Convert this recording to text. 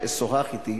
ששוחח אתי,